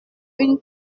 une